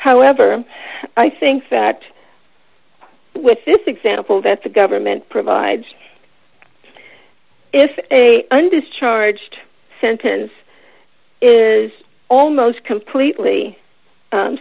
however i think fact with this example that the government provides if a undischarged sentence is almost completely